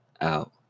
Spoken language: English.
out